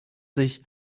sich